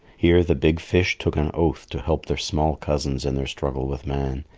here the big fish took an oath to help their small cousins in their struggle with man,